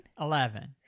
eleven